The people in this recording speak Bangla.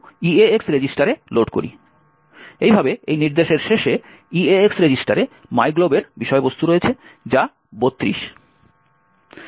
এইভাবে এই নির্দেশের শেষে EAX রেজিস্টারে myglob এর বিষয়বস্তু রয়েছে যা 32